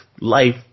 life